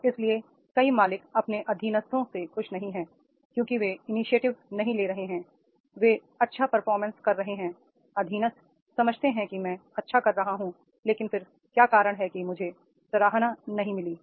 और इसलिए कई मालिक अपने अधीनस्थों से खुश नहीं हैं क्योंकि वे इनीशिएटिव नहीं ले रहे हैंi वे अच्छा परफॉर्मेंस कर रहे हैं अधीनस्थ समझते हैं कि मैं अच्छा कर रहा हूं लेकिन फिर क्या कारण है कि मुझे सराहना नहीं मिली